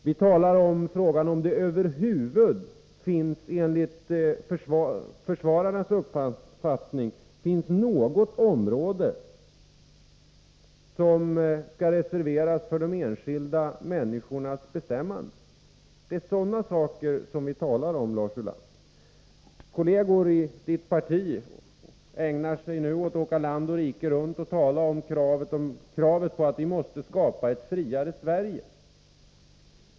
Vi talar också om huruvida det enligt försvararnas uppfattning finns något område som skall reserveras för de enskilda människornas bestämmande. Det är sådana saker vi talar om, Lars Ulander. Partikolleger till Lars Ulander åker nu land och rike runt och talar om att vi måste skapa ett friare Sverige.